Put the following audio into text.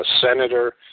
senator